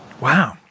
Wow